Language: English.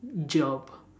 job